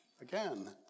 Again